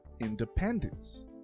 independence